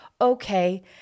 okay